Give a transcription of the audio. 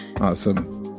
Awesome